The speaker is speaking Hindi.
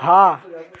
हाँ